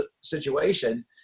situation